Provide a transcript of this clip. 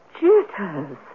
Jitters